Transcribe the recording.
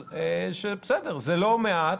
שבסדר, זה לא מעט,